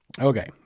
Okay